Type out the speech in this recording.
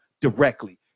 directly